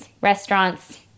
restaurants